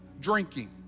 drinking